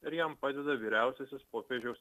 ir jam padeda vyriausiasis popiežiaus